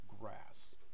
grass